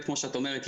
כפי שאת אומרת,